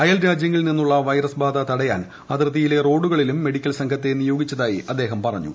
അയൽരാജ്യങ്ങളിൽ നിന്നുള്ള വൈറസ് ബാധ തടയാൻ അതിർത്തിയിലെ റോഡുകളിലും മെഡിക്കൽ സംഘത്തെ നിയോഗിച്ചതായി അദ്ദേഹം പറഞ്ഞു